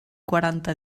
quaranta